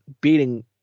beating